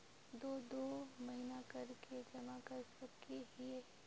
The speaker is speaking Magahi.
दो दो महीना कर के जमा कर सके हिये?